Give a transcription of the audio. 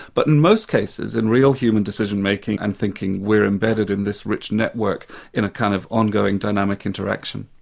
but in most cases in real human decision-making and thinking, we're embedded in this rich network in a kind of ongoing dynamic interaction.